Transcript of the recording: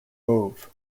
move